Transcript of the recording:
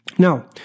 Now